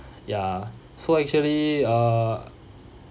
ya so actually uh